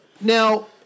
Now